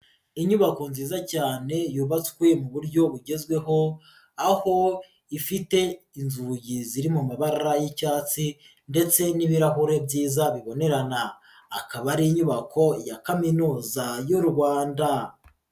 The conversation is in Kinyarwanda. Inyubako nziza cyane yubatswe mu buryo bugezweho aho ifite inzugi ziri mu mabara y'icyatsi ndetse n'ibirahure byiza bibonerana, akaba ari inyubako ya Kaminuza y'u Rwanda.